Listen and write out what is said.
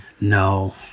no